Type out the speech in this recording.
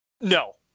No